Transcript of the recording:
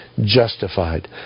justified